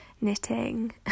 knitting